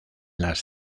las